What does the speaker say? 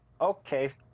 Okay